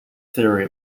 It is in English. theory